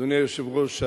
אדוני היושב-ראש,